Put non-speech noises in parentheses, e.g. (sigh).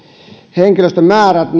henkilöstömäärät (unintelligible)